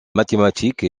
mathématiques